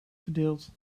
verdeelt